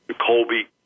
Colby